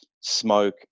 smoke